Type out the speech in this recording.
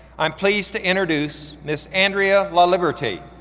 i'm pleased to introduce ms. andrea laliberte,